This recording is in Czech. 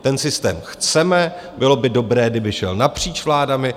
Ten systém chceme, bylo by dobré, kdyby šel napříč vládami.